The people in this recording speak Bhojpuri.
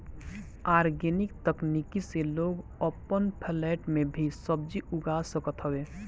आर्गेनिक तकनीक से लोग अपन फ्लैट में भी सब्जी उगा सकत हवे